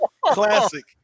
classic